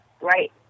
right